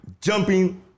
Jumping